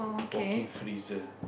Walking freezer